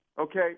okay